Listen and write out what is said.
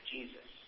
Jesus